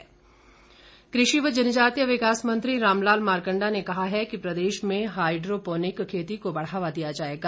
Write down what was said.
मार्कण्डा कृषि व जनजातीय विकास मंत्री रामलाल मार्कण्डा ने कहा है कि प्रदेश में हाईड्रोपोनिक खेती को बढ़ावा दिया जाएगा